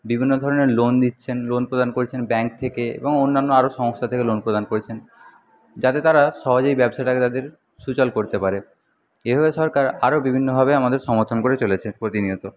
বিভিন্ন ধরনের লোন দিচ্ছেন লোন প্রদান করছেন ব্যাংক থেকে এবং অন্যান্য আরও সংস্থা থেকে লোন প্রদান করছেন যাতে তারা সহজেই ব্যবসাটাকে তাদের সুচল করতে পারে এভাবে সরকার আরও বিভিন্নভাবে আমাদের সমর্থন করে চলেছে প্রতিনিয়ত